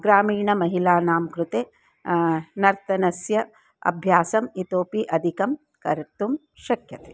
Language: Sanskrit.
ग्रामीणमहिलानां कृते नर्तनस्य अभ्यासम् इतोऽपि अधिकं कर्तुं शक्यते